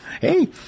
Hey